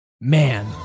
man